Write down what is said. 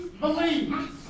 believe